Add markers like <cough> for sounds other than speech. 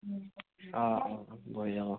অ' অ' <unintelligible>